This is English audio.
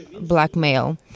blackmail